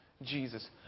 Jesus